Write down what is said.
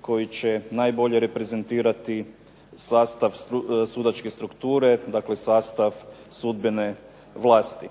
koji će najbolje reprezentirati sastav sudačke strukture, dakle sastav sudbene vlasti.